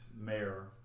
mayor